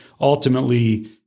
ultimately